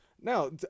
now